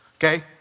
Okay